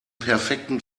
perfekten